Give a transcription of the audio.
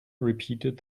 repeated